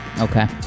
Okay